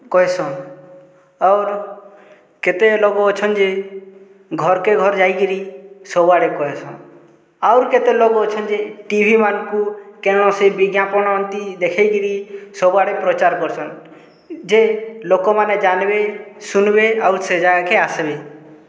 କହେସନ୍ ଆଉ କେତେ ଲୋକ୍ ଅଛନ୍ଯେ ଘର୍କେ ଘର୍ ଯାଇକିରି ସବୁଆଡ଼େ କହେସନ୍ ଆଉ କେତେ ଲୋକ୍ ଅଛନ୍ ଟିଭିମାନ୍କୁ କେନର୍ସେ ବିଜ୍ଞାପନଥି ଦେଖେଇକରି ସବୁଆଡେ ପ୍ରଚାର୍ କରସନ୍ ଯେ ଲୋକ୍ମାନେ ଜାନ୍ବେ ଶୁନ୍ବେ ଆଉ ସେ ଯାଗାକେ ଆସ୍ବେ